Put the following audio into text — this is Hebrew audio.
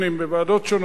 בוועדות שונות,